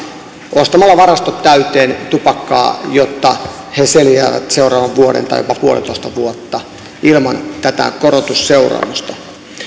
ostamalla varastot täyteen tupakkaa jotta he selviävät seuraavan vuoden tai jopa puolitoista vuotta ilman tätä korotusseuraamusta